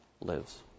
lives